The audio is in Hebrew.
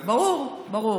ברור, ברור.